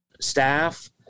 staff